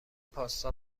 پاستا